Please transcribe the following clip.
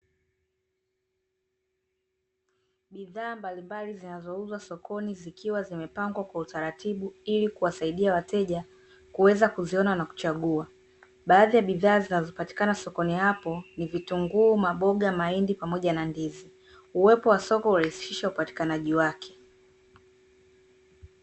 Bidhaa mbalimbali zinazouzwa sokoni zikiwa zimepangwa kwa utaratibu, ili kuwasaidia wateja kuweza kuziona na kuchagua, baadhi ya bidhaa zinazopatikana sokoni hapo ni vitunguu, maboga, mahindi pamoja na ndizi, uwepo wa soko hurahisisha upatikanaji wake.